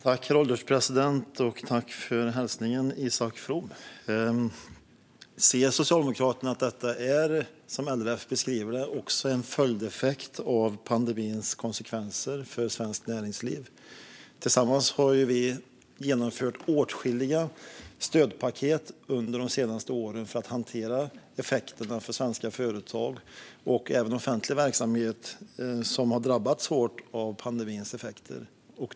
Herr ålderspresident! Jag tackar Isak From för hälsningen. Ser Socialdemokraterna att detta är en följdeffekt av pandemins konsekvenser för svenskt näringsliv, som LRF beskriver det? Tillsammans har vi genomfört åtskilliga stödpaket under de senaste åren för att hantera effekterna för svenska företag och offentlig verksamhet som drabbats hårt av pandemins effekter.